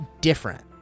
different